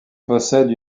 possède